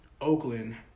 Oakland